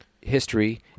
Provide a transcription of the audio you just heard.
history